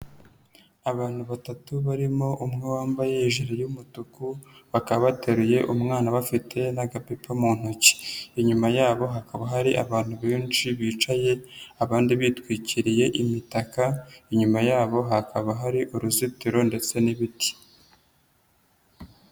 Abantu batatu barimo umwe wambaye ijile y'umutuku bakaba bateruye umwana, bafite n'agapipa mu ntoki. Inyuma yabo hakaba hari abantu benshi bicaye, abandi bitwikiriye imitaka, inyuma yabo hakaba hari uruzitiro ndetse n'ibiti.